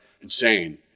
insane